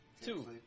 Two